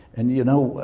and you know,